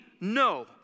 no